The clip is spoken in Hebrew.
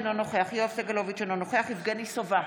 אינו נוכח יואב סגלוביץ' אינו נוכח יבגני סובה,